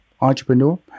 entrepreneur